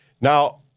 Now